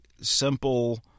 simple